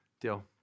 deal